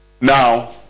Now